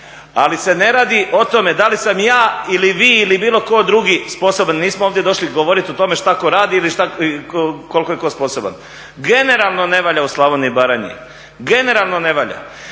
Ali se ne radi o tome da li sam ja ili vi ili bilo tko drugi sposoban, nismo ovdje došli govorit o tome šta tko radi ili koliko je tko sposoban. Generalno ne valja u Slavoniji i Baranji, generalno ne valja.